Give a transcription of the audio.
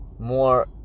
more